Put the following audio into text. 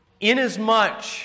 Inasmuch